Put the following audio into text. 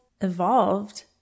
evolved